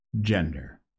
gender